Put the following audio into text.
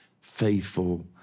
faithful